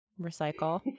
recycle